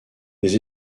des